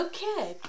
Okay